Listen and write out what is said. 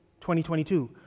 2022